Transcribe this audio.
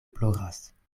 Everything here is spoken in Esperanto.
ploras